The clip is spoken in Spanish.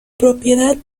propiedad